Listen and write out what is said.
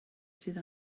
sydd